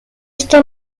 este